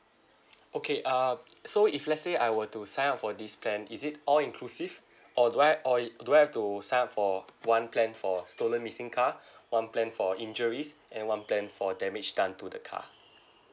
okay uh so if let's say I were to sign up for this plan is it all inclusive or do I or it do I have to sign up for one plan for stolen missing card one plan for injuries and one plan for damage done to the car